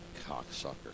cocksucker